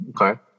okay